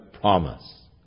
promise